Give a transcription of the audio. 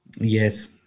yes